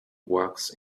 walks